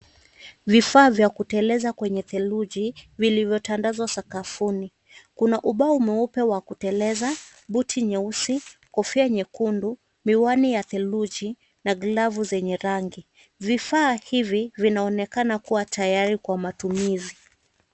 Vifaa vya kuteleza kwenye theluji vilivyotandazwa sakafuni. Kuna ubao mweupe wa kuteleza, buti nyeusi, kofia nyekundu, miwani ya theluji na glavu zenye rangi. Vifaa hivi vinaonekana kuwa tayari kwa matumizi.